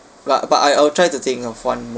but but I'll I will try to think of one moment